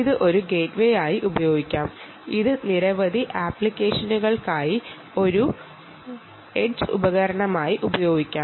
ഇത് ഒരു ഗേറ്റ്വേയായും നിരവധി ആപ്ലിക്കേഷനുകൾക്കായി ഒരു എഡ്ജ് ഉപകരണമായും ഉപയോഗിക്കാം